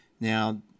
Now